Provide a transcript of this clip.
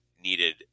needed